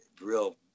real